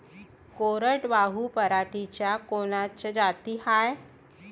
कोरडवाहू पराटीच्या कोनच्या जाती हाये?